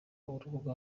urubuga